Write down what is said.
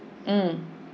mm